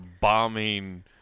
bombing